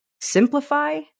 simplify